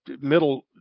middle